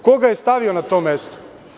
Ko ga je stavio na to mesto?